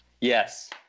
yes